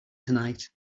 tonight